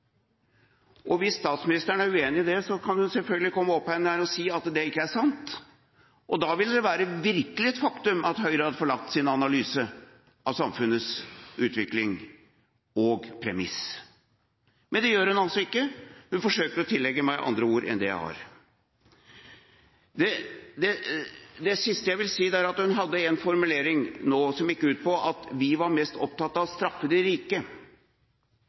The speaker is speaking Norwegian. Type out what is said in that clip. Hvis statsministeren er uenig i det, kan hun selvfølgelig komme opp hit igjen og si at det ikke er sant, og da vil det virkelig være et faktum at Høyre har forlatt sin analyse av samfunnets utvikling og premiss. Men det gjør hun altså ikke, hun forsøker å tillegge meg andre ord enn dem jeg har. Det siste jeg vil si, er at hun nå hadde en formulering som gikk ut på at vi var mest opptatt av å straffe de rike.